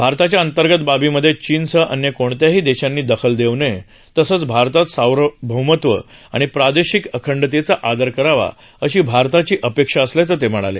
भारताच्या अंतर्गत बाबीमध्ये चीनसह अन्य कोणत्याही देशांनी दखल देऊ नये तसंच भारताच सार्वभौमत्व आणि प्रादेशिक अखंडतेचा आदर करावा अशी भारताची अपेक्षा असल्याचं ते म्हणाले